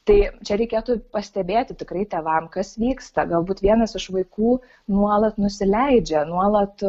tai čia reikėtų pastebėti tikrai tėvam kas vyksta galbūt vienas iš vaikų nuolat nusileidžia nuolat